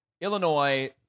Illinois